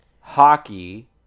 hockey